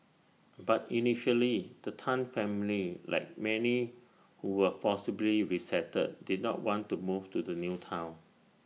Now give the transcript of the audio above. but initially the Tan family like many who were forcibly resettled did not want to move to the new Town